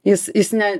jis jis ne